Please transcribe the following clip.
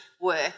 work